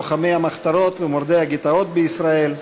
לוחמי המחתרות ומורדי הגטאות בישראל,